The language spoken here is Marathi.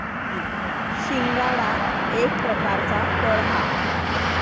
शिंगाडा एक प्रकारचा फळ हा